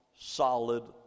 solid